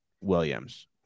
Williams